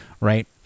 Right